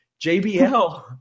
JBL